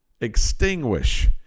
extinguish